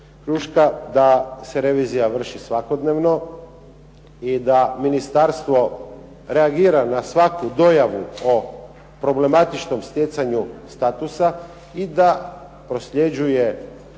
da se revizija vrši svakodnevno i da Ministarstvo reagira na svaku dojavu o problematičnom stjecanju statusa i da prosljeđuje